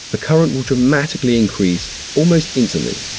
the current will dramatically increase almost instantly.